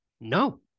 No